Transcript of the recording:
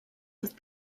have